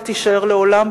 ותישאר לעולם,